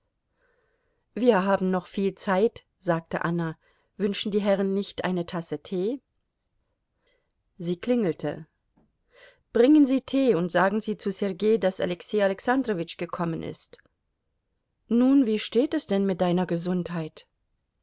wir haben noch viel zeit sagte anna wünschen die herren nicht eine tasse tee sie klingelte bringen sie tee und sagen sie zu sergei daß alexei alexandrowitsch gekommen ist nun wie steht es denn mit deiner gesundheit